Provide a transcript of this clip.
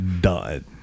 done